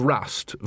Rust